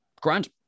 Grant